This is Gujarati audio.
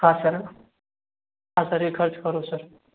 હા સર હા સર એ ખર્ચ ખરો સર